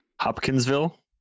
Hopkinsville